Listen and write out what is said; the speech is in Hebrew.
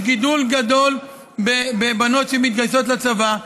יש גידול גדול בבנות שמתגייסות לצבא,